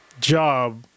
job